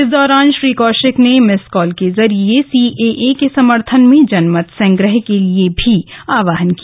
इस दौरान श्री कौशिक ने मिस कॉल के जरिए सीएए के समर्थन में जनमत संग्रह के लिए आह्वान भी किया